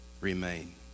remain